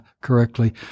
correctly